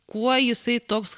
kuo jisai toks